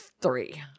Three